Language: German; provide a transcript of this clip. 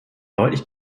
deutlich